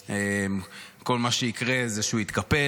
וכל מה שיקרה זה שהוא יתקפל.